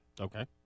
Okay